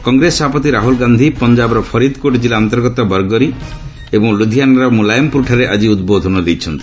କଂଗ୍ରେସ ସଭାପତି ରାହୁଲ ଗାନ୍ଧି ପଞ୍ଜାବର ଫରିଦ୍କୋଟ୍ ଜିଲ୍ଲା ଅନ୍ତର୍ଗତ ବରଗରି ଏବଂ ଲ୍ରଧିଆନାର ମୁଲାୟମପୁରଠାରେ ଆଜି ଉଦ୍ବୋଧନ ଦେଇଛନ୍ତି